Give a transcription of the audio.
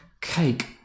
cake